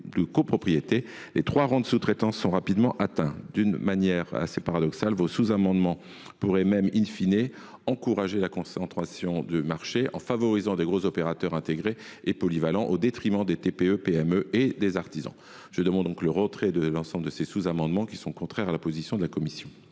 les trois rangs de sous traitance sont rapidement atteints. Paradoxalement, mes chers collègues, l’adoption de vos sous amendements pourrait même,, encourager la concentration du marché, en favorisant les gros opérateurs intégrés et polyvalents, au détriment des TPE PME et des artisans. Je demande donc le retrait de ces sous amendements, qui sont contraires à la position de la commission